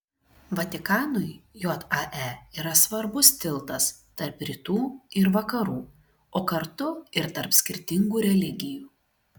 vatikanui jae yra svarbus tiltas tarp rytų ir vakarų o kartu ir tarp skirtingų religijų